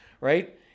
right